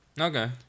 Okay